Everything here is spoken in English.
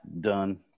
done